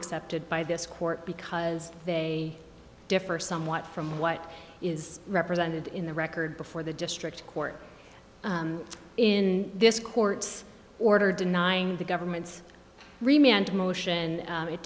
accepted by this court because they differ somewhat from what is represented in the record before the district court in this court's order denying the government's